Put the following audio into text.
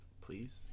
Please